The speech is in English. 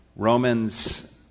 Romans